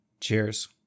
Cheers